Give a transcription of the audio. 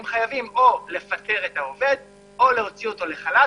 הם חייבים לפטר את העובד או להוציא אותו לחל"ת.